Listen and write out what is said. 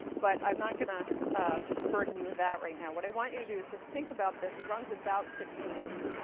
but i'm not going to ah burden you with that right now. what i want you to do is just think about this. it runs about six minutes,